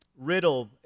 Riddle